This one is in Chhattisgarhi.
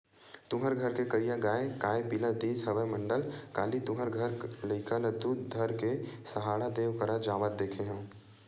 तुँहर घर के करिया गाँय काय पिला दिस हवय मंडल, काली तुँहर घर लइका ल दूद धर के सहाड़ा देव करा जावत देखे हँव?